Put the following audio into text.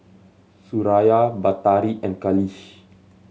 Suraya Batari and Khalish